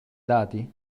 dati